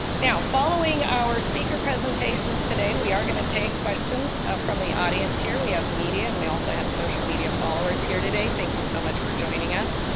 now, following our speaker presentations today, we are gonna take questions from the audience here. we have media, and we also have social media followers here today, thank you so much for joining us.